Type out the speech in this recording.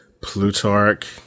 Plutarch